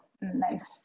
nice